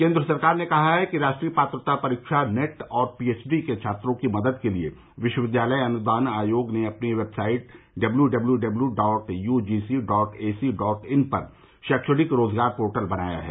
केन्द्र सरकार ने कहा है कि राष्ट्रीय पात्रता परीक्षा नेट और पी एच डी के छात्रों की मदद के लिए विश्वविद्यालय अनुदान आयोग ने अपनी website W W W dot UGC dot AC dot in पर शैक्षणिक रोजगार पोर्टल बनाया है